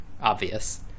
obvious